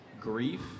grief